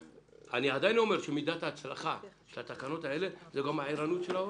אני עדיין אומר שמידת ההצלחה של התקנות האלה זו גם הערנות של ההורים,